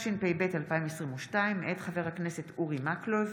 התשפ"ב 2022, מאת חברי הכנסת אורי מקלב,